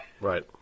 right